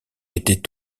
était